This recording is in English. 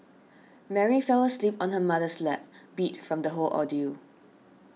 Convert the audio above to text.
Mary fell asleep on her mother's lap beat from the whole ordeal